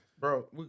bro